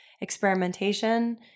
experimentation